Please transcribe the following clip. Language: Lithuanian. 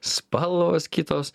spalvos kitos